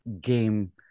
game